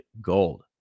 Gold